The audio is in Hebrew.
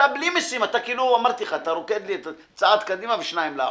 בלי משים אתה רוקד צעד קדימה ושני צעדים לאחור.